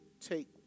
take